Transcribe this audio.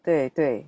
对对